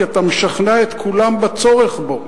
כי אתה משכנע את כולם בצורך בו.